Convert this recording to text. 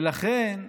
ולכן,